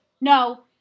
No